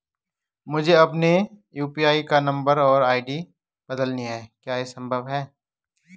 मुझे अपने यु.पी.आई का नम्बर और आई.डी बदलनी है क्या यह संभव है?